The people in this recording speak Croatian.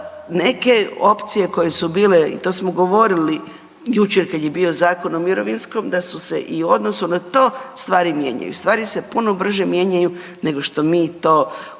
Neke opcije koje su bile i to smo govorili jučer kad je bio Zakon o mirovinskom, da su se i u odnosu na to stvari mijenjaju. Stvari se puno brže mijenjaju nego što mi to hoćemo